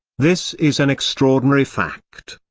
this is an extraordinary fact.